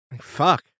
Fuck